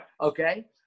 okay